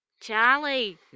Charlie